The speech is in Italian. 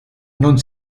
non